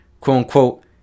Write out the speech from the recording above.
quote-unquote